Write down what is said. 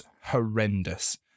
horrendous